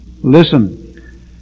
Listen